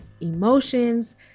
emotions